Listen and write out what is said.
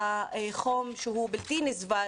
בחום שהוא בלתי נסבל,